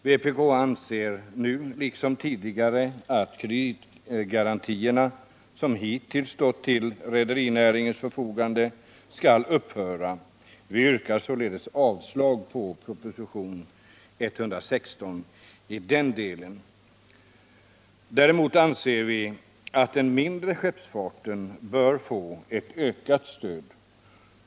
Vpk anser nu liksom tidigare att de kreditgarantier som stått och fortfarande står till rederiernäringens förfogande skall upphöra. Vi yrkar således avslag på propositionen 116 i denna del. Däremot anser vi att den mindre skeppsfarten bör få ett ökat stöd.